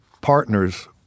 partner's